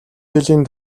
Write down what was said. жилийн